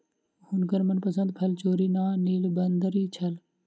हुनकर मनपसंद फल चेरी आ नीलबदरी छल